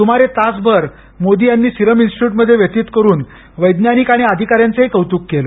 सुमारे तासभर मोदी यांनी सिरम इन्स्टिट्यूटमध्ये व्यतीत करून वैज्ञानिक आणि अधिकाऱ्यांचेही कौतुक केलं